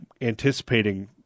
anticipating